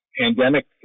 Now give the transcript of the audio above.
pandemic